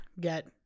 get